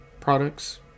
products